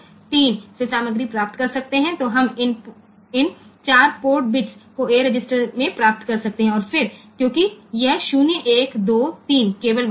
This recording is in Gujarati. તેથી આપણે આ 4 પોર્ટ બિટ્સ ને રજીસ્ટર માં મેળવી શકીએ છીએ અને પછી આ 0 1 2 3 માત્ર ત્યાં જ હોય છે